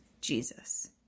Jesus